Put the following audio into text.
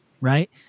right